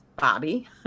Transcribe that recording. Bobby